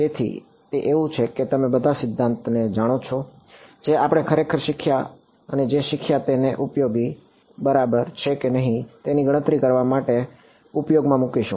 તેથી તે એવું છે કે તમે તે બધા સિદ્ધાંતોને જાણો છો જે આપણે આખરે શીખ્યા અને જે શીખ્યા તેને ઉપયોગી બરાબર છે કે નહીં તેની ગણતરી કરવા માટે ઉપયોગમાં મૂકીશું